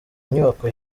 inyubako